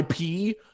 ip